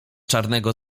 czarnego